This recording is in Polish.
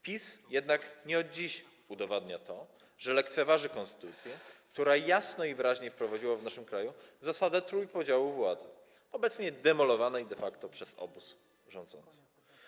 PiS jednak nie od dziś udowadnia to, że lekceważy konstytucję, która jasno i wyraźnie wprowadziła w naszym kraju zasadę trójpodziału władzy, obecnie demolowaną de facto przez obóz rządzący.